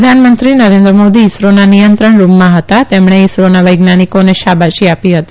પ્રધાનમંત્રી નરેન્દ્ર મોદી ઈસરોના નિયંત્રણ રૂમમાં હતા તેમણે ઈસરોના વૈજ્ઞાનિકોને શાબાશી આપી હતી